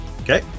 Okay